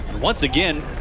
once again,